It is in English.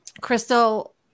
crystal